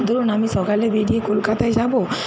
ধরুন আমি সকালে বেড়িয়ে কলকাতায় যাবো